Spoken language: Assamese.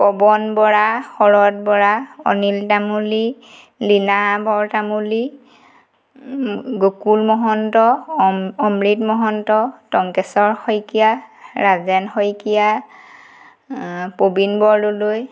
পৱন বৰা শৰৎ বৰা অনিল তামুলী লীনা বৰতামুলী গকুল মহন্ত অ অমৃত মহন্ত টংকেশ্বৰ শইকীয়া ৰাজেন শইকীয়া পবীন বৰদলৈ